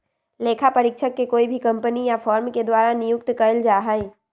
लेखा परीक्षक के कोई भी कम्पनी या फर्म के द्वारा नियुक्त कइल जा हई